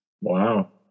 wow